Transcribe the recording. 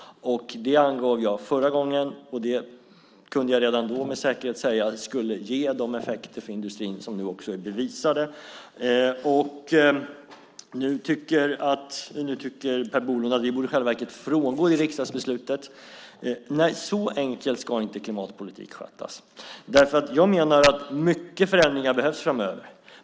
Det angav jag förra gången, och det kunde jag redan då med säkerhet säga skulle ge de effekter för industrin som nu också är bevisade. Nu tycker Per Bolund att vi i själva verket borde frångå riksdagsbeslutet. Nej, så enkelt ska inte klimatpolitik skötas. Jag menar att många förändringar behövs framöver.